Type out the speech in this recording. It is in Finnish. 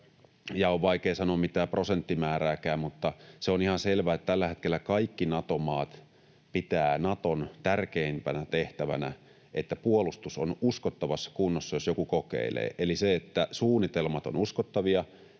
On vaikea sanoa mitään prosenttimäärääkään, mutta se on ihan selvä, että tällä hetkellä kaikki Nato-maat pitävät Naton tärkeimpänä tehtävänä, että puolustus on uskottavassa kunnossa, jos joku kokeilee, eli suunnitelmat ovat uskottavia,